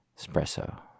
Espresso